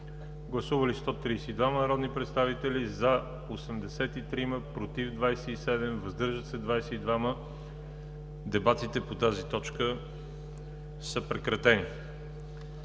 Гласували 132 народни представители: за 83, против 27, въздържали се 22. Дебатите по тази точка са прекратени.